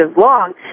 long